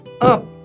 up